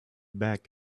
back